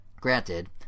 granted